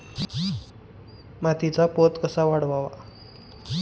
मातीचा पोत कसा वाढवावा?